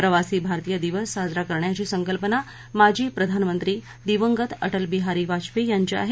प्रवासी भारतीय दिवस साजरा करण्याची संकल्पना माजी प्रधानमंत्री दिवंगत अटलबिहारी वाजपेयी यांची आहे